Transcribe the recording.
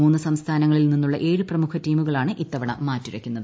മൂന്ന് സംസ്ഥാനങ്ങളിൽ നിന്നുള്ള ഏഴ് പ്രമുഖ ടീമുകളാണ് ഇത്തവണ മാറ്റുരയ്ക്കുന്നത്